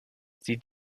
sieh